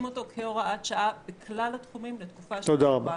אותו כהוראת שעה בכלל התחומים לתקופה של שבועיים.